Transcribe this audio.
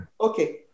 Okay